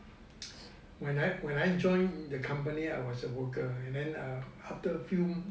when I when I join the company I was a worker and then after a few